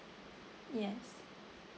yes